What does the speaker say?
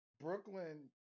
Brooklyn